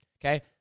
okay